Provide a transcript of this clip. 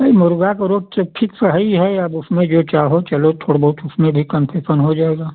नहीं मुर्ग़ा तो रोज़ चेक ठीक से है ही है अब उसमें जो चाहो चलो थोड़ो बहुत उसमें भी कन्सेसन हो जाएगा